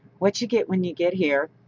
what you get when you get here,